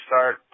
start